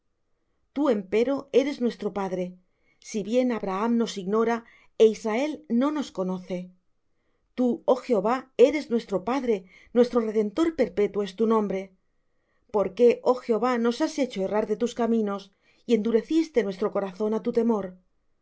tú empero eres nuestro padre si bien abraham nos ignora é israel no nos conoce tú oh jehová eres nuestro padre nuestro redentor perpetuo es tu nombre por qué oh jehová nos has hecho errar de tus caminos y endureciste nuestro corazón á tu temor